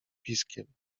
piskiem